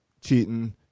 cheating